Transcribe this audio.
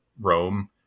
Rome